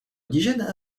indigènes